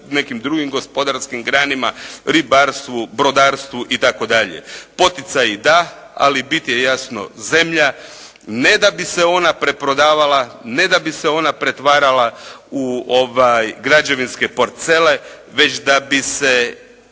nekim drugim gospodarskim granama, ribarstvu, brodarstvu itd. Poticaji da, ali bit je jasno zemlja, ne da bi se onda preprodavala, ne da bi se ona pretvarala u građevinske parcele, već da bi se